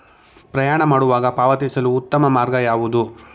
ಪ್ರಯಾಣ ಮಾಡುವಾಗ ಪಾವತಿಸಲು ಉತ್ತಮ ಮಾರ್ಗ ಯಾವುದು?